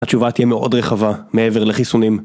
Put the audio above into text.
התשובה תהיה מאוד רחבה מעבר לחיסונים